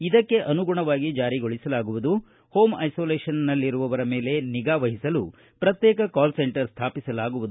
ಇದಕ್ಕೆ ಅನುಗುಣವಾಗಿ ಜಾರಿಗೊಳಿಸಲಾಗುವುದು ಹೋಂ ಐಸೋಲೇಶನ್ನಲ್ಲಿರುವವರ ಮೇಲೆ ನಿಗಾವಹಿಸಲು ಪ್ರತ್ತೇಕ ಕಾಲ್ ಸೆಂಟರ್ ಸ್ಟಾಪಿಸಲಾಗುವುದು